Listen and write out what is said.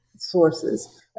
Sources